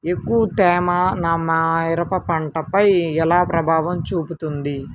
ఎక్కువ తేమ నా మిరప పంటపై ఎలా ప్రభావం చూపుతుంది?